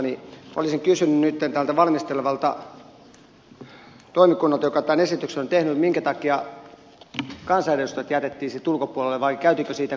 olisin kysynyt nyt tältä valmistelevalta toimikunnalta joka tämän esityksen on tehnyt minkä takia kansanedustajat jätettiin siitä ulkopuolelle vai käytiinkö siitä minkälaista keskustelua